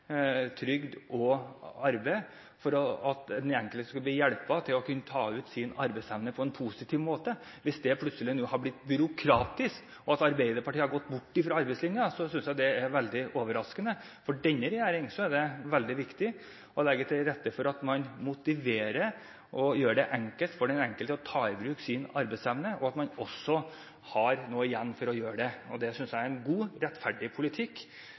trygd og arbeid, slik at den enkelte skulle bli hjulpet til å kunne ta ut sin arbeidsevne på en positiv måte? Hvis det plutselig nå har blitt byråkratisk og Arbeiderpartiet har gått bort fra arbeidslinjen, synes jeg det er veldig overraskende. For denne regjeringen er det veldig viktig å legge til rette for at man motiverer og gjør det enkelt for den enkelte å ta i bruk sin arbeidsevne, og at man også har noe igjen for å gjøre det. Det synes jeg er en god, rettferdig politikk,